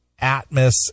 Atmos